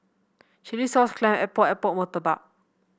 chilli sauce clam Epok Epok murtabak